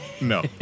No